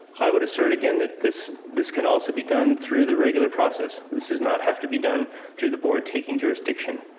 i would assert again that this this can also be done through the regular process. this is not have to be done through the board taking jurisdiction.